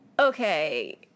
Okay